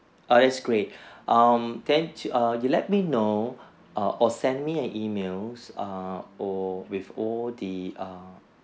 err that's great um then err you let me know err or send me an email err or with all the um